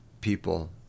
people